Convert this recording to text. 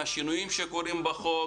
השינויים שקבועים בחוק